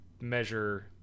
measure